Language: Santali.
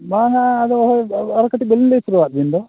ᱵᱟᱝᱟ ᱟᱫᱚ ᱦᱳᱭ ᱟᱨ ᱠᱟᱹᱴᱤᱡ ᱵᱟᱹᱞᱤᱧ ᱞᱟᱹᱭ ᱯᱩᱨᱟᱹᱣᱟᱜ ᱵᱮᱱ ᱫᱚ